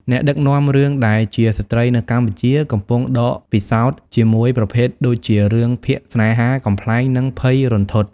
អ្នកដឹកនាំរឿងដែលជាស្ត្រីនៅកម្ពុជាកំពុងដកពិសោធជាមួយប្រភេទដូចជារឿងភាគស្នេហា កំប្លែង និងភ័យរន្ធត់។